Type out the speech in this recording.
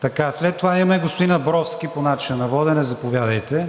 Така, след това имаме господин Абровски – по начина на водене. Заповядайте,